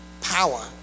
power